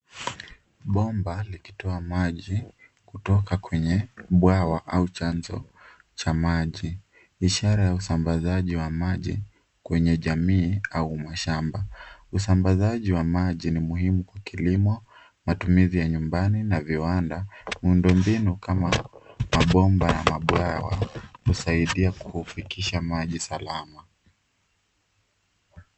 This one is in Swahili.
Bomba likitoa maji kutoka kwenye bwawa au chanzo cha maji; ishara ya usambazaji wa maji kwenye jamii au mashamba. Usambazaji wa maji ni muhimu kwa kilimo, matumizi ya nyumbani na viwanda. Miundo mbinu kama mabomba ya mabwawa husaidia kufikisha maji salama.